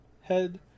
head